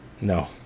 No